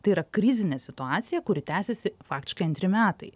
tai yra krizinė situacija kuri tęsiasi faktiškai antri metai